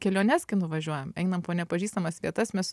keliones kai nuvažiuojam einam po nepažįstamas vietas mes